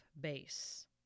base